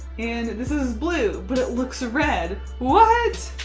and this is blue but it looks red. what!